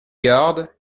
gardes